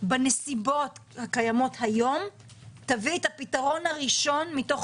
בנסיבות הקיימות היום תביא את הפתרון הראשון מתוך